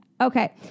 Okay